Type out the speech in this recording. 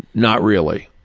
not really.